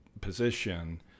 position